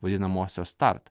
vadinamosios tart